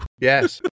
yes